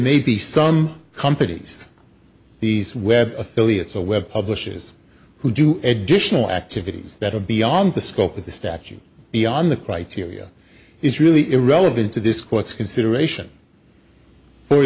they'd be some companies these web affiliates a web publishes who do additional activities that are beyond the scope of the statute beyond the criteria is really irrelevant to this court's consideration for